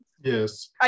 Yes